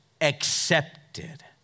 accepted